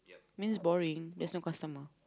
means boring there's not customer